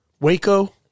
Waco